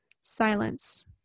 Silence